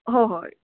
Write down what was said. ꯍꯣꯏ ꯍꯣꯏ